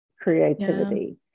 creativity